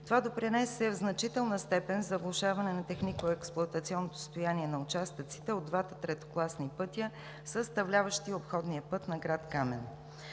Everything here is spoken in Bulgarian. Това допринесе в значителна степен за влошаване на технико-експлоатационното състояние на участъците от двата третокласни пътя, съставляващи обходния път на град Камено.